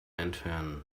entfernen